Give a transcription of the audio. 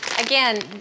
Again